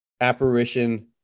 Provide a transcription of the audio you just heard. apparition